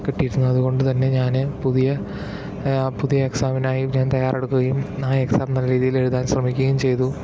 കിട്ടിയിരുന്നു അതുകൊണ്ട് തന്നെ ഞാൻ പുതിയ പുതിയ എക്സാമിനായി ഞാന് തയാറെടുക്കുകയും ആ എക്സാം നല്ല രീതിയില് എഴുതാന് ശ്രമിക്കുകയും ചെയ്തു